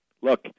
look